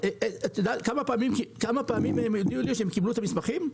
אתם יודעים כמה פעמים הם הודיעו לי שהם קיבלו את המסמכים?